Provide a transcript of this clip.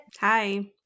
Hi